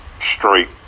straight